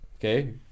okay